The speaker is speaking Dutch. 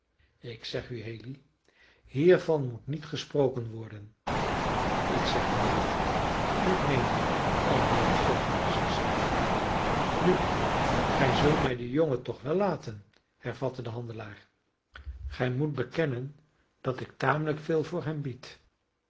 ik zeg u haley hiervan moet niet gesproken worden ik zeg neen en ik meen neen antwoordde shelby beslissend nu gij zult mij den jongen toch wel laten hervatte de handelaar gij moet bekennen dat ik tamelijk veel voor hem bied